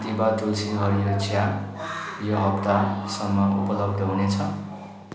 दिभा तुलसी हरियो चिया यो हप्तासम्म उपलब्ध हुनेछ